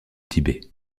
tibet